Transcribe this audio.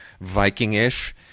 Viking-ish